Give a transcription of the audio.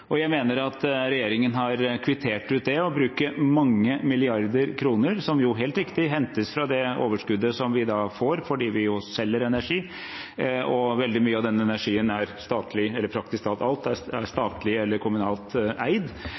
Jeg mener regjeringen har kvittert ut det og bruker mange milliarder kroner – som helt riktig hentes fra det overskuddet vi får fordi vi selger energi, og veldig mye av den energien, eller praktisk talt alt, er statlig eller kommunalt eid